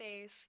face